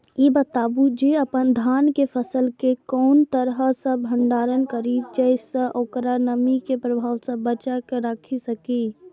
ई बताऊ जे अपन धान के फसल केय कोन तरह सं भंडारण करि जेय सं ओकरा नमी के प्रभाव सं बचा कय राखि सकी?